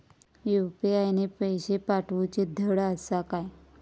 UPI ने पैशे पाठवूचे धड आसा काय?